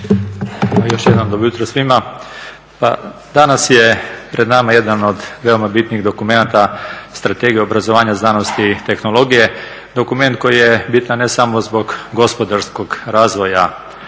Još jednom dobro jutro svima. Pa danas je pred nama jedan od veoma bitnih dokumenata Strategija obrazovanja, znanosti i tehnologije. Dokument koji je bitan ne samo zbog gospodarskog razvoja